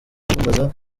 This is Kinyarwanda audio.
kumbaza